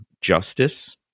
justice